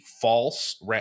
false